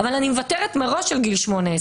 אבל אני מוותרת מראש על גיל 10-8,